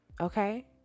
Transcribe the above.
Okay